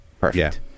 perfect